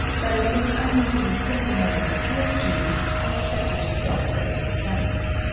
but as this unusually simple manner appealed to me, i accepted the offer with thanks.